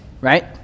right